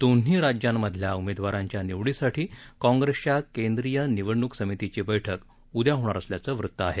दोन्ही राज्यांमधल्या उमेदवारांच्या निवडीसाठी काँग्रेसच्या केंद्रीय निवडण्क समितीची बैठक उदया होणार असल्याचं वृत्त आहे